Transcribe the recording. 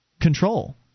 control